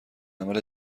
عمل